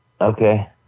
Okay